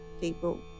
people